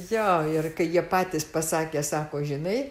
jo ir kai jie patys pasakė sako žinai